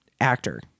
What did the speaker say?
actor